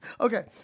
Okay